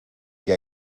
que